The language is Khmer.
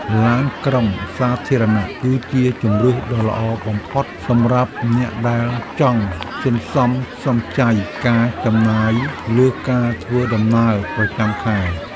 ឡានក្រុងសាធារណៈគឺជាជម្រើសដ៏ល្អបំផុតសម្រាប់អ្នកដែលចង់សន្សំសំចៃការចំណាយលើការធ្វើដំណើរប្រចាំខែ។